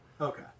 Okay